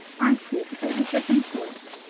i said they were driven to it.